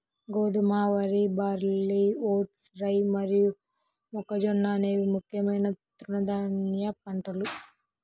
గోధుమ, వరి, barley, oats, rye మరియు మొక్కజొన్న అనేవి ముఖ్యమైన తృణధాన్యాల పంటలు